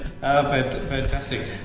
Fantastic